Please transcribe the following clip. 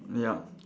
yup